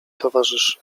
towarzyszy